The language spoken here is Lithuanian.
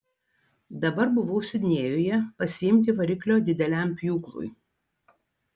dabar buvau sidnėjuje pasiimti variklio dideliam pjūklui